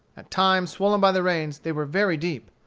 at times, swollen by the rains, they were very deep.